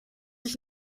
ich